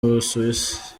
busuwisi